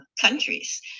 countries